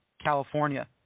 California